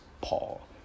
Paul